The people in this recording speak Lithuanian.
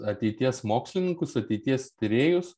ateities mokslininkus ateities tyrėjus